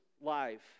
life